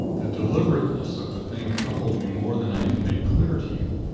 the deliberateness of the thing troubled me more than i can make clear to you.